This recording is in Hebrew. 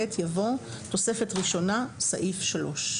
- (א) במקום תוספת סעיף 3 "יבוא "תוספת ראשונה" (סעיף 3)";